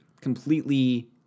completely